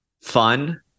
fun